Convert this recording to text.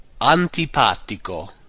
Antipatico